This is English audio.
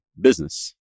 business